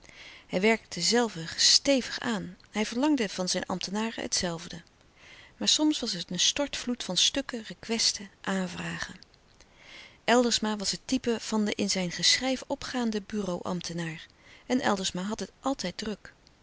hij werkte zelve stevig aan hij verlangde van zijn ambtenaren het zelfde maar soms was het een stortvloed van stukken requesten aanvragen eldersma was het type van den in zijn geschrijf opgaanden bureau ambtenaar en eldersma had het altijd druk